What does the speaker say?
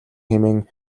хэмээн